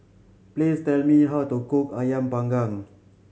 please tell me how to cook Ayam Panggang